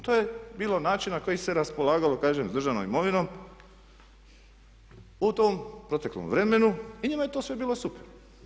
To je bio način na koji se raspolagalo kažem s državnom imovinom u tom proteklom vremenu i njima je to sve bilo super.